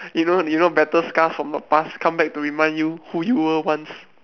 you know you know battle scars from the past come back to remind you who you were once